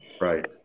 Right